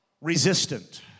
resistant